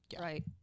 Right